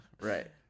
Right